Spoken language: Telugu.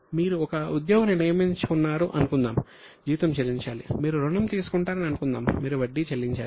మీరు ఒక ఉద్యోగిని నియమించుకున్నారు అనుకుందాం జీతం చెల్లించాలి మీరు రుణం తీసుకుంటారని అనుకుందాం మీరు వడ్డీ చెల్లించాలి